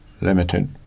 limited